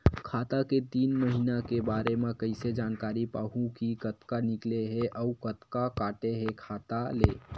खाता के तीन महिना के बारे मा कइसे जानकारी पाहूं कि कतका निकले हे अउ कतका काटे हे खाता ले?